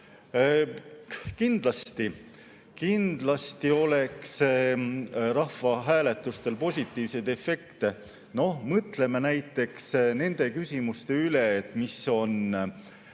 Kindlasti oleks rahvahääletustel positiivseid efekte. Mõtleme näiteks nende küsimuste üle, mis on,